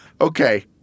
Okay